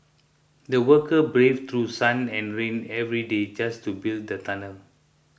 the workers braved through sun and rain every day just to build the tunnel